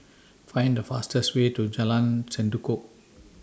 Find The fastest Way to Jalan Sendudok